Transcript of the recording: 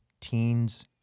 teens